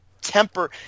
temper –